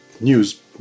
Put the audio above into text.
news